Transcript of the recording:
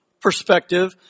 perspective